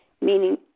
meaning